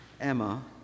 Emma